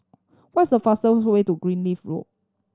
what's the fastest way to Greenleaf Road